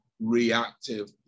reactive